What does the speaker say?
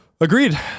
agreed